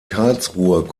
karlsruhe